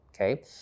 okay